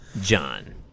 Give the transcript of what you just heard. John